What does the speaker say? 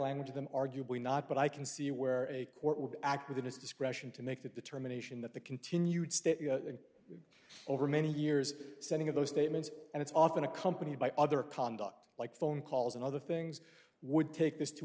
language them arguably not but i can see where a court would act within its discretion to make that determination that the continued state over many years sending of those statements and it's often accompanied by other conduct like phone calls and other things would take this to